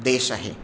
देश आहे